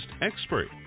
expert